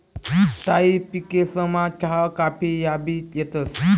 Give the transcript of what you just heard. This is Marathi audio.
स्थायी पिकेसमा चहा काफी याबी येतंस